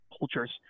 cultures